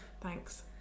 Thanks